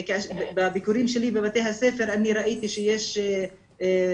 בביקורים שלי בבתי הספר אני ראיתי שיש מורים